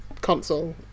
console